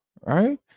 right